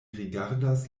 rigardas